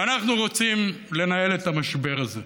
ואנחנו רוצים לנהל את המשבר הזה.